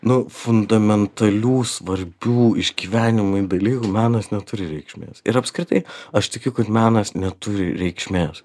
nu fundamentalių svarbių išgyvenimui dalykų menas neturi reikšmės ir apskritai aš tikiu kad menas neturi reikšmės